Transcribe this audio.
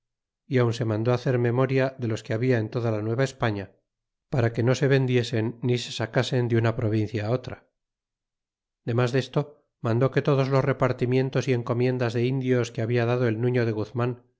aun se mandó hacer memoria de ks que habla en toda la nueva españa para que no se vendiesen ni se sacasen de una provincia otra y demas desto mandó que todos los repartimientos y encomiendas de indios que habia dado el nurio de guzman